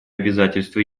обязательства